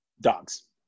Dogs